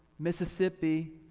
mississippi,